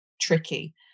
tricky